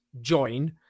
join